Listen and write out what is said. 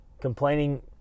complaining